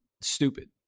Stupid